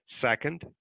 Second